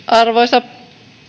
arvoisa